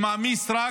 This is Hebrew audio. שמעמיס רק